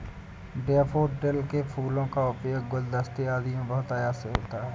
daffodil के फूलों का उपयोग गुलदस्ते आदि में बहुतायत से होता है